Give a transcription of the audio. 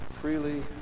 freely